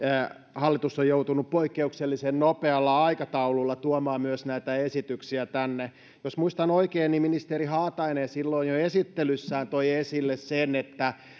hallitus on joutunut poikkeuksellisen nopealla aikataululla myös tuomaan näitä esityksiä tänne jos muistan oikein niin ministeri haatainen jo silloin esittelyssään toi esille sen että